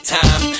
time